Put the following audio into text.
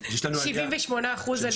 78% עלייה.